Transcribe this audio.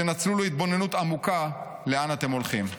תנצלו להתבוננות עמוקה לאן אתם הולכים.